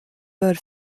bör